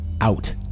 out